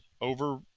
over